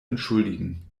entschuldigen